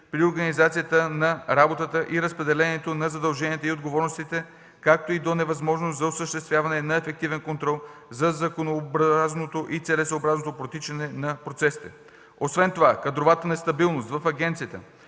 при организацията на работата и разпределението на задълженията и отговорностите, както и до невъзможност за осъществяване на ефективен контрол за законосъобразното и целесъобразното протичане на процесите. Освен това кадровата нестабилност в агенцията,